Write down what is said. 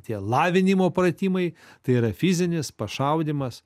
tie lavinimo pratimai tai yra fizinis pašaudymas